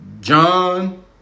John